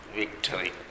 victory